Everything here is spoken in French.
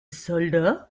soldat